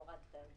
שהורדת את זה.